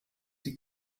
die